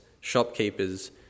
shopkeepers